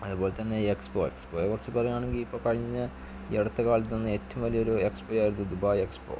അതുപോലെത്തന്നെ എക്സ്പോ എക്സ്പോയെ കുറിച്ച് പറയുകയാണെങ്കിൽ ഇപ്പോൾ കഴിഞ്ഞ ഈ അടുത്ത കാലത്തു നിന്ന് ഏറ്റവും വലിയൊരു എക്സ്പോയായിരുന്നു ദുബായ് എക്സ്പോ